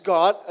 God